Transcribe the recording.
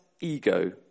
ego